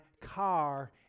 car